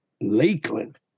Lakeland